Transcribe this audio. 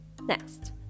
Next